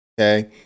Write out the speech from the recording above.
okay